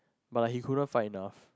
but like he couldn't find enough